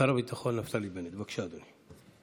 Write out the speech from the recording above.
שר הביטחון נפתלי בנט, בבקשה, אדוני.